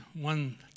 one